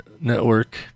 network